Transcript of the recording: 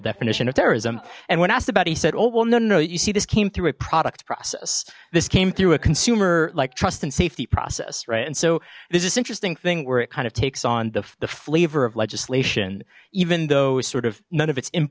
definition of terrorism and when asked about he said oh well no no you see this came through a product process this came through a consumer like trust and safety process right and so there's this interesting thing where it kind of takes on the flavor of legislation even though is sort of none of its im